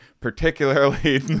particularly